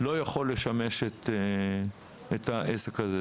לא יכול לשמש את העסק הזה,